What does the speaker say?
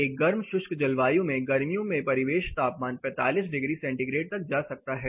एक गर्म शुष्क जलवायु में गर्मियों में परिवेश तापमान 45 डिग्री सेंटीग्रेड तक जा सकता है